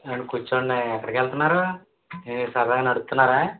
రండి కూర్చోండి ఎక్కడికెళ్తున్నారు ఏ సరదాగా నడుత్తున్నారా